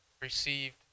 received